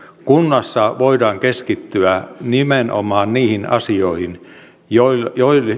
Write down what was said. kunnassa voidaan keskittyä nimenomaan niihin asioihin joihin